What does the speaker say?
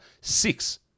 Six